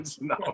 No